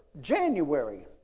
January